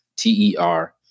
T-E-R